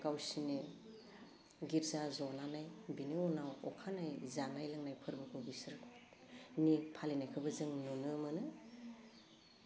गावसिनि गिर्जा जनानै बिनि उनाव अखा नायै जानाय लोंनाय फोरबोखौ बिसोरनि फालिनायखौबो जों नुनो मोनो